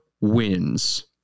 wins